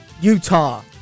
Utah